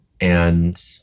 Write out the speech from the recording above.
And-